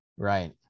Right